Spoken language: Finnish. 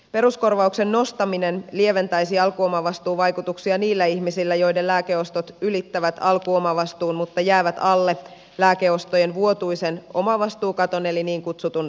peruskorvauksen nostaminen lieventäisi alkuomavastuun vaikutuksia niillä ihmisillä joiden lääkeostot ylittävät alkuomavastuun mutta jäävät alle lääkeostojen vuotuisen omavastuukaton eli niin kutsutun lääkekaton